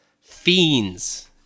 Fiends